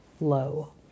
low